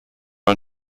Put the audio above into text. are